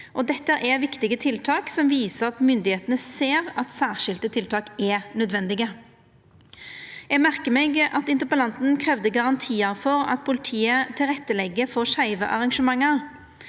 Dette er viktige tiltak som viser at myndigheitene ser at særskilte tiltak er nødvendige. Eg merkar meg at interpellanten kravde garantiar for at politiet legg til rette for skeive arrangement.